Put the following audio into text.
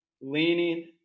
leaning